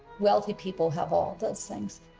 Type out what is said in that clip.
wealthy people have all those things,